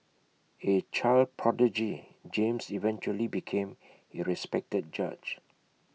A child prodigy James eventually became A respected judge